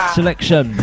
selection